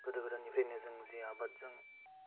गोदो गोदायनिफ्रायनो जों जे आबादजों